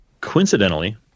coincidentally